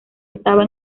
estaba